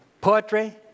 poetry